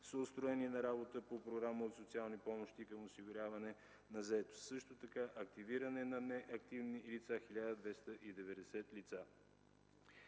са устроени на работа по Програмата „От социални помощи към осигуряване на заетост”, също така активиране на неактивни лица – 1290 лица.